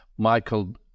michael